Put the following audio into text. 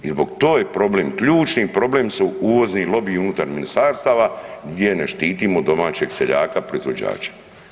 I to je problem, ključni problem su uvozni lobiji unutar ministarstava gdje ne štitimo domaćeg seljaka proizvođača.